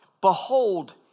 Behold